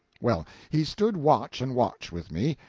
well, he stood watch-and-watch with me,